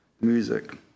music